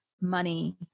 money